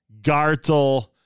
gartel